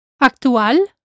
Actual